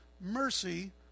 mercy